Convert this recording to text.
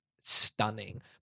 Stunning